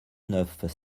neuf